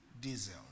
Diesel